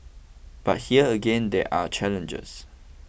but here again there are challenges